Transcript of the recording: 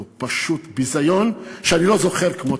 זהו פשוט ביזיון שאני לא זוכר כמותו.